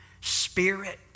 spirit